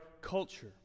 culture